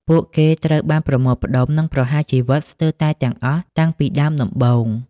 ពួកគេត្រូវបានប្រមូលផ្តុំ និងប្រហារជីវិតស្ទើរតែទាំងអស់តាំងពីដើមដំបូង។